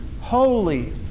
holy